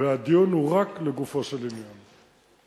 והדיון הוא רק לגופו של עניין.